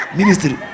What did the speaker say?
ministry